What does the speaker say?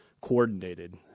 coordinated